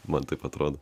man taip atrodo